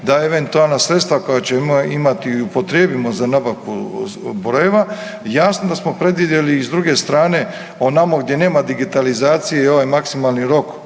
da eventualna sredstva koja ćemo imati i upotrijebimo za nabavku brojeva jasno da smo predvidjeli i s druge strane onamo gdje nema digitalizacije i ovaj maksimalni rok